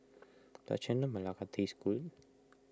does Chendol Melaka taste good